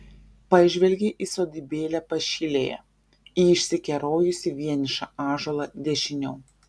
pažvelgė į sodybėlę pašilėje į išsikerojusį vienišą ąžuolą dešiniau